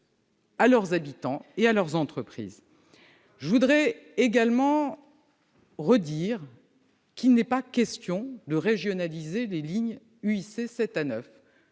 à leurs habitants et à leurs entreprises. Je voudrais également redire qu'il n'est pas question de régionaliser les lignes UIC 7 à 9.